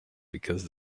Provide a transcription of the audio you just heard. because